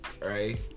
Right